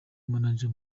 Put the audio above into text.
manager